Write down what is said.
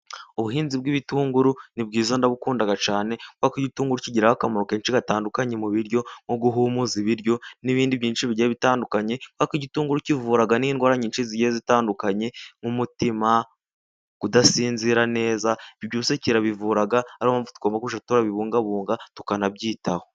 Ubuhinzi bw'ibitunguru ni bwiza ndabukunda cyane, kubera ko igitunguru kigira akamaro kenshi gatandukanye mu biryo nko guhumuza ibiryo, n'ibindi byinshi bigiye bitandukanye, kuko igitunguru kivura n'ingorane nyinshi zigiye zitandukanye nk'umutima, kudasinzira neza, ibyo byose kirabivura ariyo mpamvu tugomba kubibungabunga, tukanabyitaho.